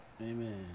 Amen